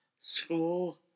school